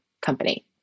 company